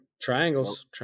Triangles